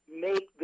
make